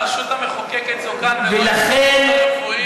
הרשות המחוקקת זה כאן ולא ההסתדרות הרפואית.